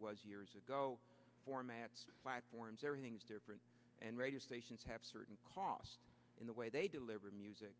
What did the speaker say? it was years ago formats platforms everything's different and radio stations have certain costs in the way they deliver music